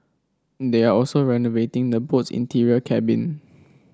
they are also renovating the boat's interior cabin